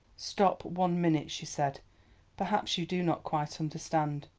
stop, one minute, she said perhaps you do not quite understand.